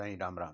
Sai Ram Ram